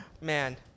man